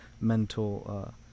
mental